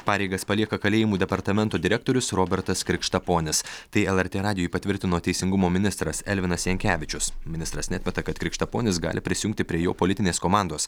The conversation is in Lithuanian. pareigas palieka kalėjimų departamento direktorius robertas krikštaponis tai lrt radijui patvirtino teisingumo ministras elvinas jankevičius ministras neatmeta kad krikštaponis gali prisijungti prie jo politinės komandos